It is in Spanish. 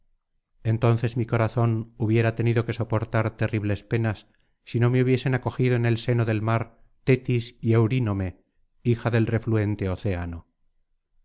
entonces mi corazón hubiera tenido que soportar terribles penas si no me hubiesen acogido en el seno del mar tetis y eurínome hija del refluente océano